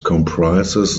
comprises